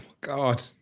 God